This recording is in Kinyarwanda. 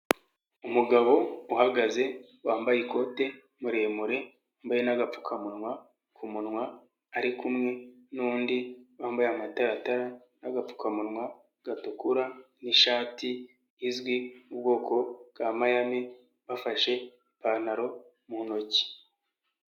Umugabo uhagaze wambaye ikote muremure, wambaye n'agapfukamunwa ku munwa ari kumwe n'undi wambaye amataratara n'agapfukamunwa gatukura n'ishati izwi mu bwoko bwa mayami bafashe ipantaro mu ntoki.